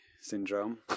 syndrome